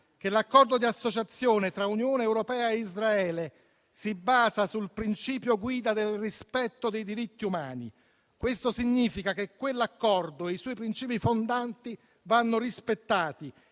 che l'accordo di associazione tra Unione europea e Israele si basa sul principio guida del rispetto dei diritti umani. Questo significa che quell'accordo e i suoi princìpi fondanti vanno rispettati